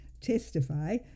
testify